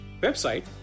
website